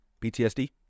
PTSD